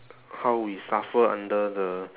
how we suffer under the